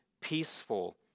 peaceful